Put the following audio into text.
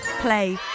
Play